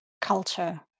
culture